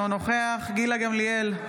אינו נוכח גילה גמליאל,